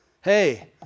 Hey